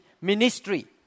ministry